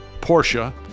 Porsche